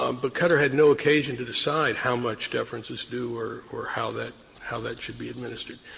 um but cutter had no occasion to decide how much deference is due or or how that how that should be administered.